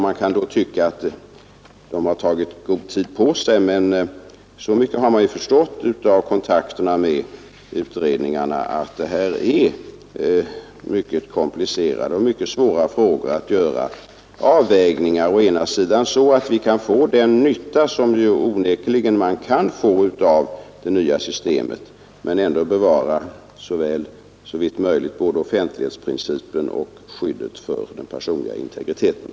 Man kan tycka att de har tagit god tid på sig, men så mycket har jag förstått av kontakterna med utredarna att det är mycket komplicerat att göra sådana avvägningar att vi å ena sidan kan få den nytta, som man onekligen kan få av datasystemet, men å andra sidan ändå så långt som möjligt kan bevara både offentlighetsprincipen och skyddet för den personliga integriteten.